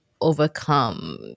overcome